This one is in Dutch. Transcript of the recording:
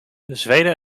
zweden